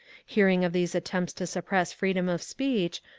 hearing of these attempts to suppress freedom of speech,